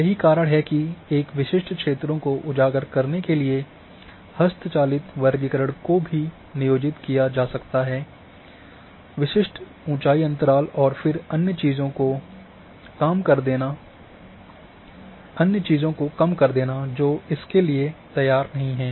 यही कारण है कि एक विशिष्ट क्षेत्रों को उजागर करने के लिए हस्तचालित वर्गीकरण को भी नियोजित किया जा सकता है विशिष्ट ऊँचाई अंतराल और फिर अन्य चीज़ों को काम कर देना जो इसके लिए तैयार नहीं हैं